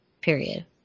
period